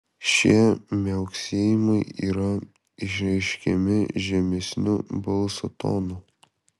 šie miauksėjimai yra išreiškiami žemesniu balso tonu